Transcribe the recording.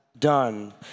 done